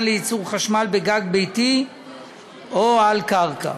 לייצור חשמל על גג ביתי או על קרקע.